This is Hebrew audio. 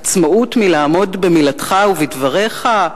עצמאות מלעמוד במילתך ובדבריך?